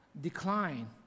decline